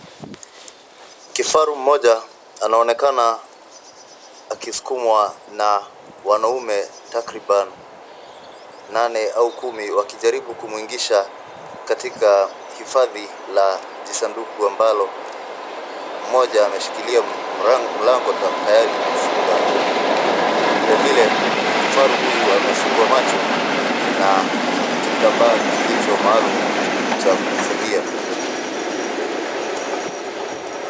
Kifaru mmoja anaonekana akisukumwa na wanaume takriban nane au kumi wakijaribu kumwingisha katika hifadhi la jisanduku ambalo, mmoja ameshikilia mlango tayari kufunga. Vilevile kifaru huyu amefungwa macho na kitambaa kilicho maalum cha kumfungia.